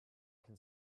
can